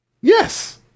Yes